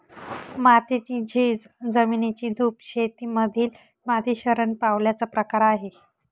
मातीची झीज, जमिनीची धूप शेती मधील माती शरण पावल्याचा प्रकार आहे